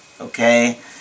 Okay